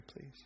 please